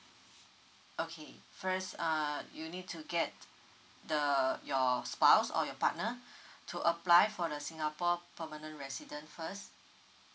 okay first err you need to get the your spouse or your partner to apply for the singapore permanent resident first